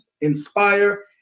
inspire